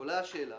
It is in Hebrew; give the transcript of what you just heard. עולה השאלה,